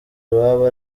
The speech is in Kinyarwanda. iwabo